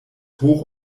hoch